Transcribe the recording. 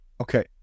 okay